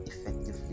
effectively